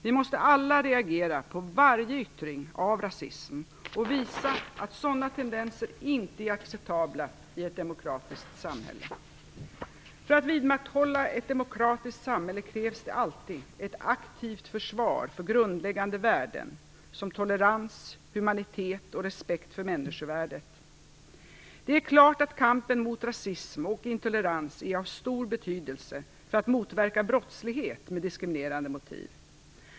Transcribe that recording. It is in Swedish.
Vi måste alla reagera på varje yttring av rasism och visa att sådana tendenser inte är acceptabla i ett demokratiskt samhälle. För att vidmakthålla ett demokratiskt samhälle krävs det alltid ett aktivt försvar för grundläggande värden som tolerans, humanitet och respekt för människovärdet. Det är klart att kampen mot rasism och intolerans är av stor betydelse för att motverka brottslighet med diskriminerande motiv.